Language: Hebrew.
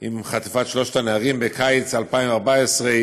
הוא חטיפת שלושת הנערים בקיץ 2014,